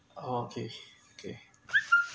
oh okay okay